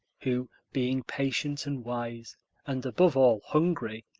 who, being patient and wise and, above all, hungry,